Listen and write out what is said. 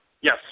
Yes